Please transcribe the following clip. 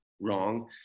wrong